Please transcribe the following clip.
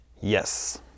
Yes